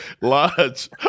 lodge